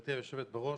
גברתי היושבת בראש.